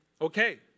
Okay